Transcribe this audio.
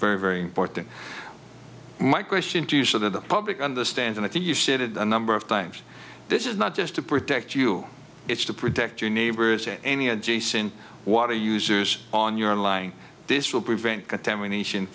very very important my question to you so that the public understand and i think you said it a number of times this is not just to protect you it's to protect your neighbors and any adjacent water users on your lying this will prevent contamination